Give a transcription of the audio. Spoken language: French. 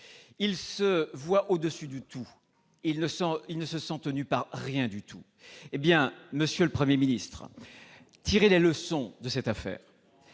Il se voit au-dessus de tout, il ne se sent tenu de rien. Eh bien, monsieur le Premier ministre, tirez les leçons de cette affaire